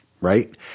Right